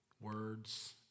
words